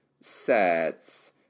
sets